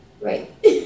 Right